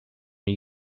new